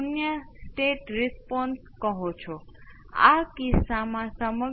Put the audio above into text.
વિદ્યાર્થી V c 2 0 exponential - t by R C બરાબર S C R × V c V c 1